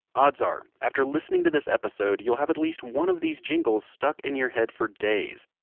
odds are after listening to this episode, you'll have at least one of these jingles stuck in your head for days,